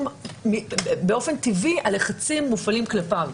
באופן טבעי הלחצים מופעלים כלפיו.